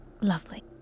Lovely